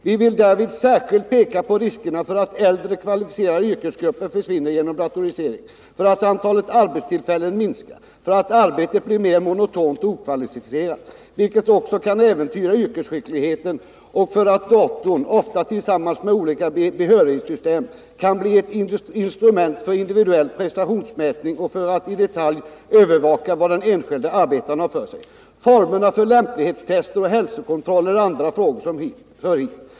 Vi vill därvid särskilt peka på riskerna för att äldre kvalificerade yrkeskategorier försvinner genom datoriseringen, för att antalet arbetstillfällen minskar, för att arbetet blir mer monotont och okvalificerat, vilket också kan äventyra yrkesskickligheten, och för att datorn, ofta tillsammans med olika behörighetssystem, kan bli ett instrument för individuell prestationsmätning och för att i detalj övervaka vad den enskilde arbetaren har för sig. Formerna för lämplighetstester och hälsokontroller är andra frågor som hör hit.